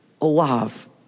alive